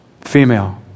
female